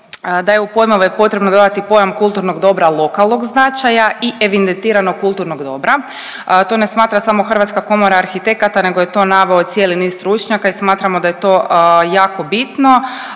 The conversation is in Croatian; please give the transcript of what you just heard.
da je u pojmove potrebno dodati pojam kulturnog dobra lokalnog značaja i evidentiranog kulturnog dobra. To ne smatra samo Hrvatska komora arhitekata nego je to naveo cijeli niz stručnjaka i smatramo da je to jako bitno